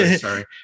sorry